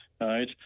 right